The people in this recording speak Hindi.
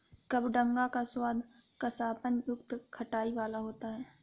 कबडंगा का स्वाद कसापन युक्त खटाई वाला होता है